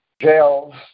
jails